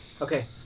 Okay